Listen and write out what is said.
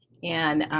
and